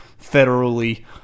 federally